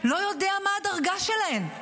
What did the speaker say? לא יודע מה הדרגה שלהן,